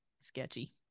sketchy